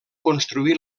construí